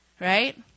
right